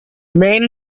demand